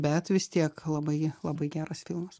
bet vis tiek labai labai geras filmas